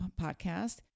podcast